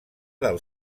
del